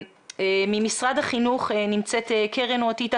משרד החינוך, קרן רוט איטח.